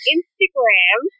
Instagram